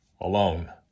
alone